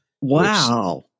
Wow